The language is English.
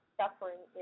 suffering